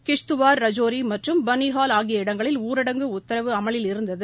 கிஷ்த்துவர் ரஜோரி மற்றும் பனிஹால் ஆகிய இடங்களில் ஊரடங்கு உத்தரவு அமலில் இருந்தது